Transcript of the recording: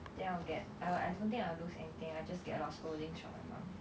think I'll get uh I don't think I'll lose anything I just get a lot of scoldings from my mom